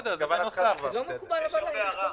ה"מבלי לגרוע",